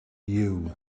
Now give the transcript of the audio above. you